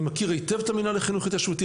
אני מכיר היטב את המינהל לחינוך התיישבותי,